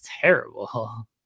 terrible